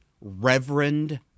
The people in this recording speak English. Reverend